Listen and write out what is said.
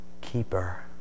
keeper